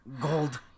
gold